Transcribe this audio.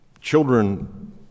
children